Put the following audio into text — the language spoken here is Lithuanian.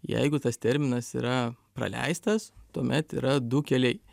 jeigu tas terminas yra praleistas tuomet yra du keliai